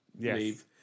Yes